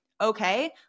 okay